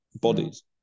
bodies